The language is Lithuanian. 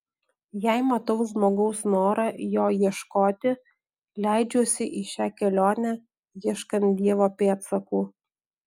jei matau žmogaus norą jo ieškoti leidžiuosi į šią kelionę ieškant dievo pėdsakų